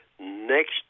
next